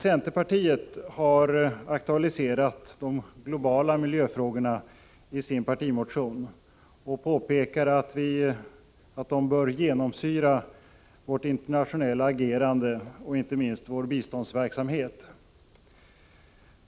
Centerpartiet har aktualiserat de globala miljöfrågorna i sin partimotion och påpekar att de bör genomsyra vårt internationella agerande och inte minst vår biståndsverksamhet.